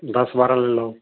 ਦਸ ਬਾਰਾਂ ਲੈ ਲਓ